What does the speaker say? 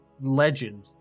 legend